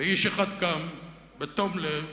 ואיש אחד קם בתום לב,